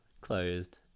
closed